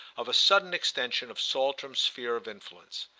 of a sudden extension of saltram's sphere of influence.